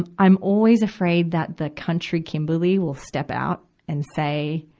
i'm i'm always afraid that the country kimberly will step out and say,